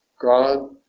God